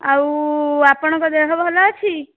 ଆଉ ଆପଣଙ୍କ ଦେହ ଭଲ ଅଛି